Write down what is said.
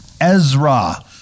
Ezra